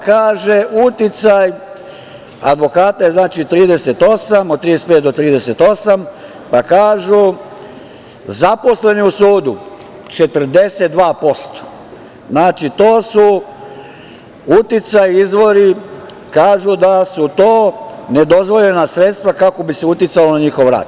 Kaže, uticaj advokata je 38%, od 35 do 38%, kažu zaposleni u sudu 42%, znači to su uticaj, izvori i kažu da su to nedozvoljena sredstva kako bi se uticalo na njihov rad.